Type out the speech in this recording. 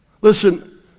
Listen